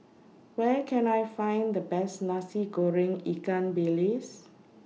Where Can I Find The Best Nasi Goreng Ikan Bilis